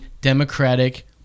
Democratic